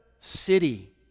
city